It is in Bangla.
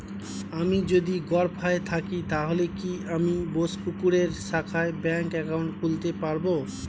আমি যদি গরফায়ে থাকি তাহলে কি আমি বোসপুকুরের শাখায় ব্যঙ্ক একাউন্ট খুলতে পারবো?